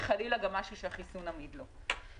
וחלילה גם משהו שהחיסון עמיד לו.